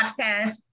podcast